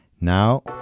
Now